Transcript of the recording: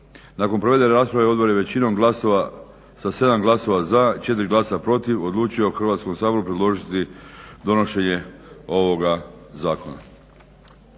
Nakon provedene rasprave odbor je većinom glasova, sa 7 glasova za, 4 glasa protiv odlučio Hrvatskom saboru predložiti donošenje ovoga zakona.